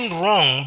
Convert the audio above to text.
wrong